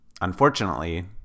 Unfortunately